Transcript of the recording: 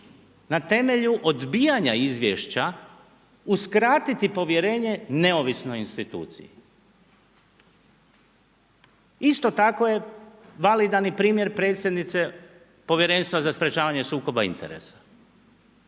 na temelju odbijanja izvješća uskratiti povjerenje neovisnoj instituciji. Isto tako je validan i primjer predsjednice Povjerenstva za sprečavanje sukoba interesa.